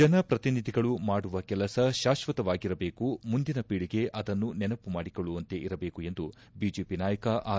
ಜನಪ್ರತಿನಿಧಿಗಳು ಮಾಡುವ ಕೆಲಸ ಶಾಶ್ವತವಾಗಿರಬೇಕು ಮುಂದಿನ ಖೀಳಿಗೆ ಅದನ್ನು ನೆನೆಪು ಮಾಡಿಕೊಳ್ಳುವಂತೆ ಇರಬೇಕು ಎಂದು ಬಿಜೆಪಿ ನಾಯಕ ಆರ್